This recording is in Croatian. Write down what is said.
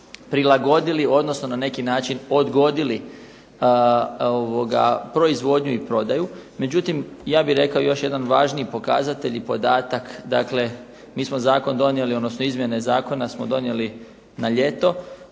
prilagodili, odnosno na neki način odgodili proizvodnju i prodaju. Međutim, ja bih rekao još jedan važniji pokazatelj i podatak. Dakle, mi smo zakon donijeli, odnosno izmjene zakona smo donijeli na ljeto.